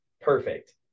perfect